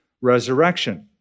resurrection